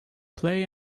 play